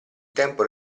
tempo